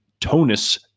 Tonus